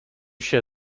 się